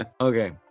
Okay